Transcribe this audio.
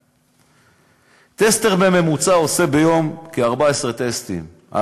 טסטר עושה בממוצע כ-14 טסטים ביום,